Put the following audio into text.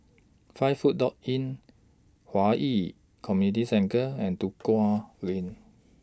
five Footway Inn Hwi Yoh Community Centre and Duku Lane